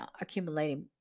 accumulating